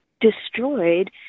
destroyed